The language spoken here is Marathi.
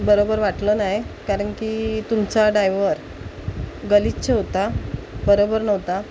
बरोबर वाटलं नाही कारण की तुमचा डायवर गलिच्छ होता बरोबर नव्हता